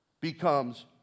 becomes